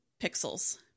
pixels